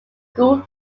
school